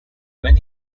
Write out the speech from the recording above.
when